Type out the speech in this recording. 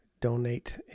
donate